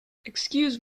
excuse